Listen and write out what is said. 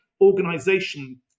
organization